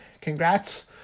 congrats